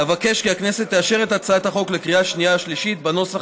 אבקש כי הכנסת תאשר את הצעת החוק לקריאה שנייה ושלישית בנוסח